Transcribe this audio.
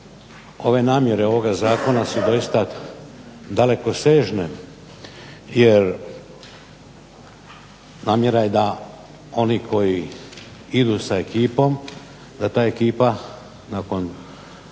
ove namjere ovoga zakona su doista dalekosežne jer namjera je da oni koji idu sa ekipom da ta ekipa nakon